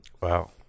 Wow